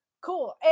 cool